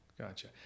Gotcha